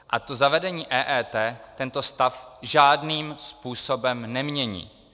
A to zavedení EET tento stav žádným způsobem nemění.